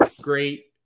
great